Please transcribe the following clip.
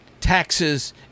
Taxes